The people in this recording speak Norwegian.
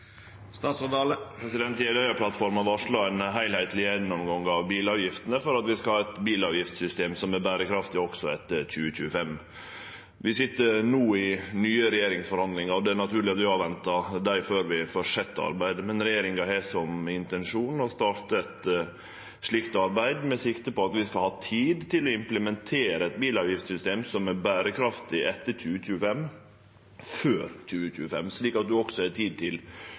varsla ein heilskapleg gjennomgang av bilavgiftene for at vi skal ha eit bilavgiftssystem som er berekraftig òg etter 2025. Vi sit no i nye regjeringsforhandlingar, og det er naturleg at vi ventar på dei før vi fortset arbeidet. Men regjeringa har som intensjon å starte eit slikt arbeid, med sikte på at vi skal ha tid til å implementere eit bilavgiftssystem som er berekraftig etter 2025, før 2025, slik at ein òg har tid til